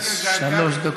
לך